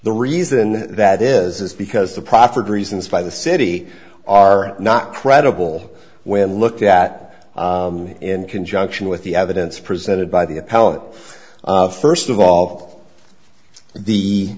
the reason that is is because the proffered reasons by the city are not credible when looked at in conjunction with the evidence presented by the appellant first of all the